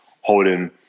holding